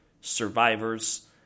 survivors